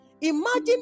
Imagine